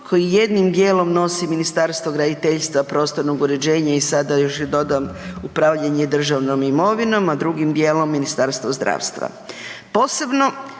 koji jednom dijelom nosi Ministarstvo graditeljstva, prostornog uređenja i sada još i dodan upravljanje državnom imovinom, a drugim dijelom Ministarstvo zdravstva.